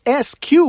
SQ